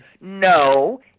no